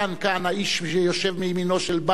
כאן: האיש שיושב מימינו של בדר,